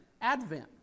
advent